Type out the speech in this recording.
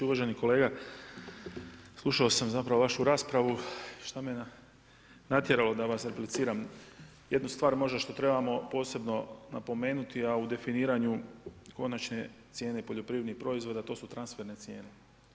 Uvaženi kolega, slušao sam zapravo vašu raspravu i šta me je natjerao da vas repliciram, jednu stvar možda što trebamo posebno napomenuti, a u definiranju konačne cijene poljoprivrednih proizvoda, to su transferne cijene.